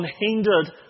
unhindered